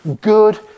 good